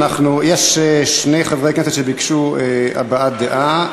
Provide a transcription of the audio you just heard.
יש שני חברי כנסת שביקשו הבעת דעה.